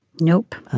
nope.